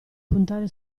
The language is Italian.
puntare